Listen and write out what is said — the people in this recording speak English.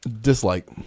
Dislike